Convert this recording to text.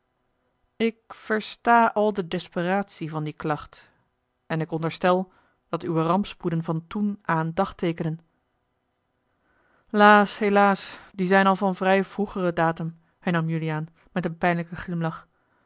ik versta al de desperatie van die klacht en ik onderstel dat uwe rampspoeden van toen aan dagteekenen laas helaas die zijn al van vrij vroegeren datum hernam juliaan met een pijnlijken glimlach